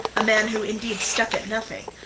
a man who indeed stuck at nothing,